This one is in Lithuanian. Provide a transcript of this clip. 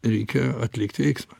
reikia atlikti veiksmą